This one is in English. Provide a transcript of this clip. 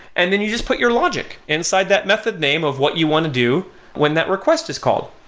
and then you just put your logic inside that method name of what you want to do when that request is called.